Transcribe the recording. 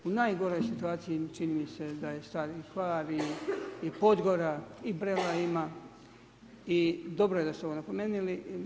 U najgoroj situaciji čini mi se na je stari Hvar i Podgora i Brela ima i dobro je da ste ovo napomenuli.